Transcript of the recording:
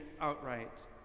outright